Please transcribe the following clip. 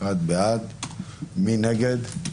מי נגד?